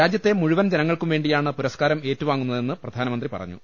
രാജ്യത്തെ മുഴുവൻ ജനങ്ങൾക്കും വേണ്ടിയാണ് പുരസ്കാരം ഏറ്റുവാങ്ങുന്നതെന്ന് പ്രധാനമന്ത്രി പറ ഞ്ഞു